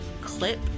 clip